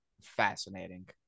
Fascinating